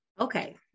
Okay